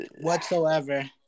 Whatsoever